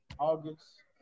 August